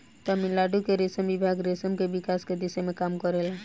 तमिलनाडु के रेशम विभाग रेशम के विकास के दिशा में काम करेला